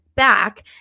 Back